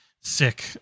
Sick